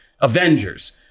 Avengers